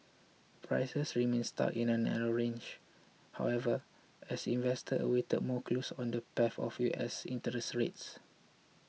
prices remained stuck in a narrow range however as investors awaited more clues on the path of U S interest rates